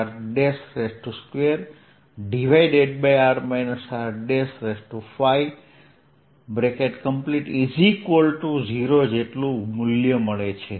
આથી મને q4π03r r3 3r r2r r50 મળે છે